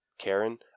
Karen